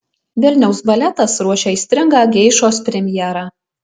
vilniaus baletas ruošia aistringą geišos premjerą